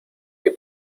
que